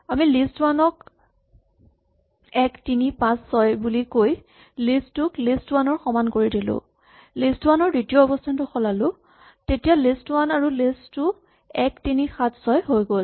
আমি list one ক ১ ৩ ৫ ৬ বুলি কৈ লিষ্ট টু ক লিষ্ট ৱান ৰ সমান কৰিলো আৰু লিষ্ট ৱান ৰ দ্বিতীয় অৱস্হানটো সলালো তেতিয়া লিষ্ট ৱান আৰু লিষ্ট টু ১ ৩ ৭ ৬ হৈ গ'ল